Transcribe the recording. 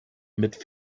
mit